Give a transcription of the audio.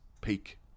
peak